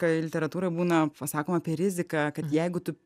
kai literatūroj būna pasakoma apie riziką kad jeigu tu